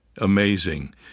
Amazing